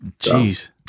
Jeez